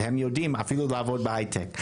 הם יודעים אפילו לעבוד בהייטק.